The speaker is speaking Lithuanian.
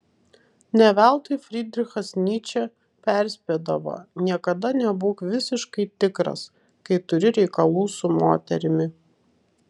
ne veltui frydrichas nyčė perspėdavo niekada nebūk visiškai tikras kai turi reikalų su moterimi